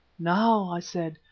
now, i said,